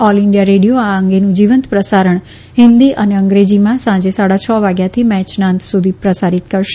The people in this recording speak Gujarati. ઓલ ઈન્કિયા રેડીયો આ અંગેનું જીવંત પ્રસારણ હિન્દી અને અંગ્રેજીમાં સાંજે સાડા છ વાગ્યાથી મેચના અંત સુધી પ્રસારીત કરશે